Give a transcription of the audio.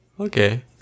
Okay